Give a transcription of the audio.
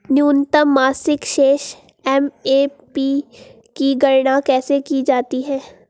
न्यूनतम मासिक शेष एम.ए.बी की गणना कैसे की जाती है?